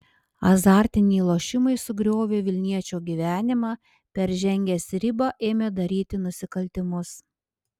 azartiniai lošimai sugriovė vilniečio gyvenimą peržengęs ribą ėmė daryti nusikaltimus